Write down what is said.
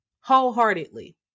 wholeheartedly